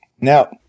Now